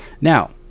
Now